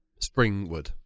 Springwood